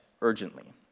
urgently